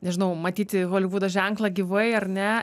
nežinau matyti holivudo ženklą gyvai ar ne